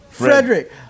Frederick